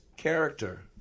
Character